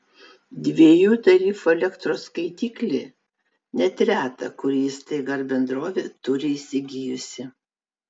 dviejų tarifų elektros skaitiklį net reta kuri įstaiga ar bendrovė turi įsigijusi